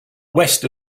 west